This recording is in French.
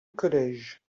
college